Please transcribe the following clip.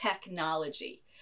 technology